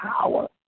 power